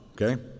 okay